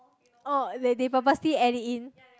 oh they they purposely add it in